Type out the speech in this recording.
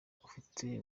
ufite